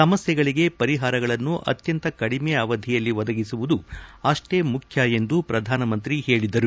ಸಮಸ್ಯೆಗಳಿಗೆ ಪರಿಹಾರಗಳನ್ನು ಅತ್ಯಂತ ಕಡಿಮೆ ಅವಧಿಯಲ್ಲಿ ಒದಗಿಸುವುದು ಅಷ್ಟೇ ಮುಖ್ಯ ಎಂದು ಪ್ರಧಾನಮಂತ್ರಿ ಹೇಳಿದ್ದಾರೆ